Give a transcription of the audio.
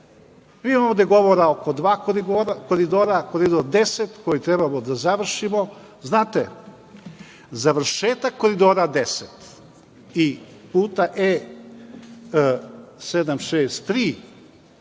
Mi imamo ovde govora oko dva koridora, Koridor 10, koji treba da završimo. Znate, završetak Koridora 10 i puta E-763,